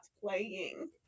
playing